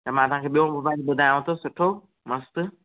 त मां तव्हांखे ॿियो मोबाइल ॿुधायाव थो सुठो मस्तु